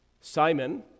Simon